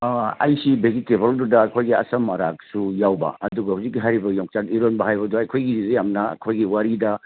ꯑꯩ ꯁꯤꯗꯒꯤ ꯇꯦꯕꯜꯗꯨꯗ ꯑꯩꯈꯣꯏꯒꯤ ꯑꯆꯝ ꯑꯔꯥꯛꯁꯨ ꯌꯥꯎꯕ ꯑꯗꯨꯒ ꯍꯧꯖꯤꯛ ꯍꯥꯏꯔꯤꯕ ꯌꯣꯡꯆꯥꯛ ꯏꯔꯣꯟꯕ ꯍꯥꯏꯕꯗꯣ ꯑꯩꯈꯣꯏꯒꯤꯗꯤ ꯌꯥꯝꯅ ꯑꯩꯈꯣꯏꯒꯤ ꯋꯥꯔꯤꯗ